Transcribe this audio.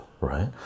right